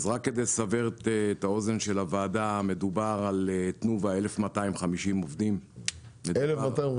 כדי לסבר את האוזן של הוועדה מדובר על כ-1,250 עובדים בתנובה,